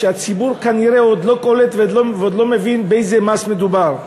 הציבור כנראה עוד לא קולט ועוד לא מבין באיזה מס מדובר.